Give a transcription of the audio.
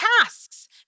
tasks